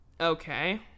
Okay